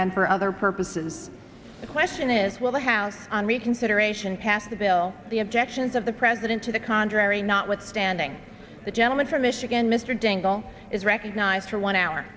and for other purposes a question is will the house on reconsideration pass a bill the objections of the president to the contrary notwithstanding the gentleman from michigan mr dingell is recognized for one hour